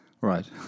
Right